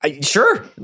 Sure